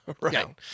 right